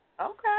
Okay